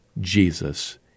Jesus